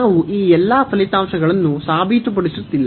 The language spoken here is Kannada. ನಾವು ಈ ಎಲ್ಲಾ ಫಲಿತಾಂಶಗಳನ್ನು ಸಾಬೀತುಪಡಿಸುತ್ತಿಲ್ಲ